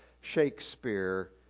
Shakespeare